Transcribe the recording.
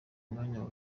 umwanya